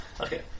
Okay